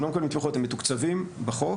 הם מתוקצבים בחוק,